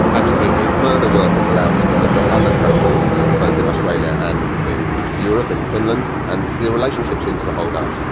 absolutely. further work has allowed us to look at other cohorts, both in australia and in europe, in finland, and the relationship seems to hold up,